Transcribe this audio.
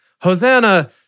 Hosanna